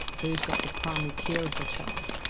who has got the primary care of the child,